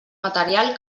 material